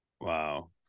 wow